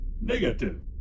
Negative